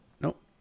nope